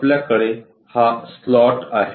आपल्याकडे हा स्लॉट आहे